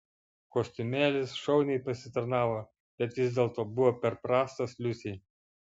kostiumėlis šauniai pasitarnavo bet vis dėlto buvo per prastas liusei